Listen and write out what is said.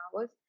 hours